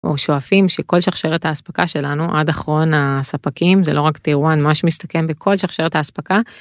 שואפים שכל שרשרת ההספקה שלנו עד אחרון הספקים זה לא רק טירואן משהו מסתכם בכל שרשרת ההספקה.